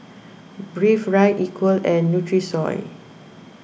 Breathe Right Equal and Nutrisoy